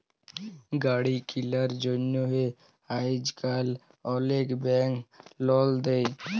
গাড়ি কিলার জ্যনহে আইজকাল অলেক ব্যাংক লল দেই